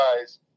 guys